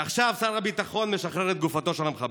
ועכשיו שר הביטחון משחרר את גופתו של המחבל.